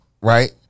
right